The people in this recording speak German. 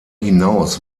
hinaus